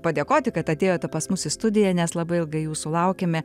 padėkoti kad atėjote pas mus į studiją nes labai ilgai jūsų laukime